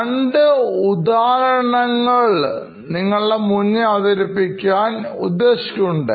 രണ്ട് ഉദാഹരണങ്ങൾ നിങ്ങളുടെ മുന്നിൽ അവതരിപ്പിക്കാൻ ഉദ്ദേശിക്കുന്നുണ്ട്